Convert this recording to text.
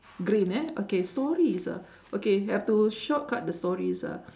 green eh okay stories ah have to shortcut the stories ah